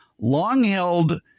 long-held